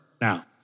Now